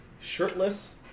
shirtless